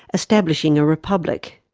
establishing a republic.